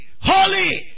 Holy